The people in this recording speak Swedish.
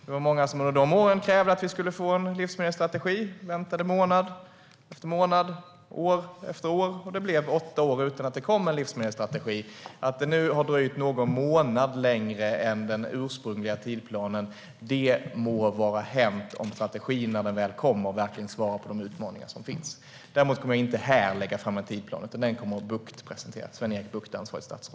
Det var många som under de åren krävde att vi skulle få en livsmedelsstrategi och väntade månad efter månad, år efter år. Det blev åtta år utan att det kom en livsmedelsstrategi. Att det nu har dröjt någon månad längre jämfört med den ursprungliga tidsplanen må vara hänt, om strategin när den väl kommer verkligen svarar på de utmaningar som finns. Däremot kommer jag inte att lägga fram en tidsplan här, utan den kommer ansvarigt statsråd Sven-Erik Bucht att presentera.